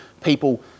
people